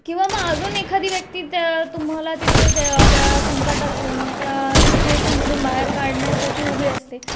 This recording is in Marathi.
किंवा मग अजून एखादी व्यक्ती त्या तुम्हाला तिथे त्या त्या संकटातून त्या सिच्युएशनमधून बाहेर काढण्यासाठी उभी असते